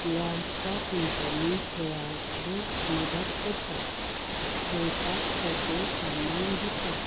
कितल्याच्या company खेळाडूक मदत करतात खेळपाक सगळें सामान दिता